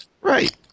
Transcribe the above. Right